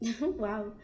wow